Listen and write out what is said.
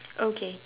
okay